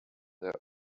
their